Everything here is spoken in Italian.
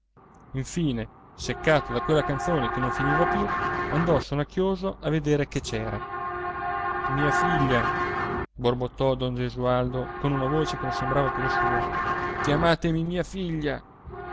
infine seccato da quella canzone che non finiva più andò sonnacchioso a vedere che c'era mia figlia borbottò don gesualdo con una voce che non sembrava più la sua chiamatemi mia figlia